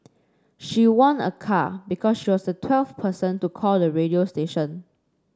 she won a car because she was the twelfth person to call the radio station